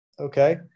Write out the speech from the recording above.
okay